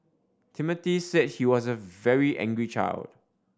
Timothy said he was a very angry child